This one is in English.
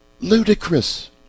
ludicrous